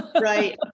Right